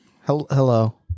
Hello